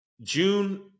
June